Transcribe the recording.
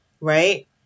Right